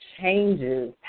changes